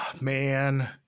Man